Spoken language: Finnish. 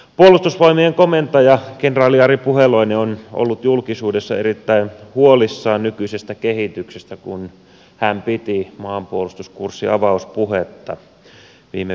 puolustusvoimien komentaja kenraali ari puheloinen on ollut julkisuudessa erittäin huolissaan nykyisestä kehityksestä kun hän piti maanpuolustuskurssin avauspuhetta viime viikolla